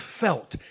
felt